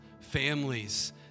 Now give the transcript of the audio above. families